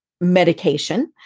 medication